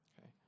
okay